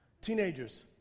Teenagers